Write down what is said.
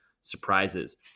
surprises